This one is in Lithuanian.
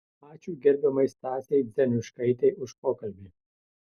ačiū gerbiamai stasei dzenuškaitei už pokalbį